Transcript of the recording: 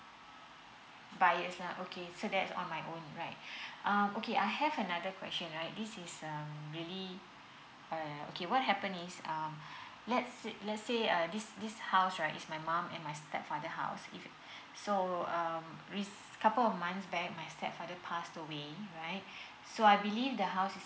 buyers lah okay so that's on my own right um okay I have another question right this is um really uh okay what happen is um let's say let's say err this this house right is my mom and my stepfather house if so um couple of months back my stepfather passed away right so I believe the house is a